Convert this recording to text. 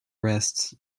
wrists